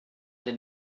den